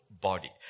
body